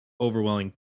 Overwhelming